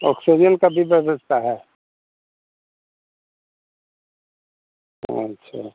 oxygen की भी व्यवस्था है अच्छा